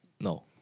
No